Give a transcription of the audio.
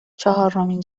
چهارمین